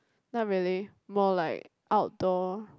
not really more like outdoor